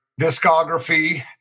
discography